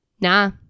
Nah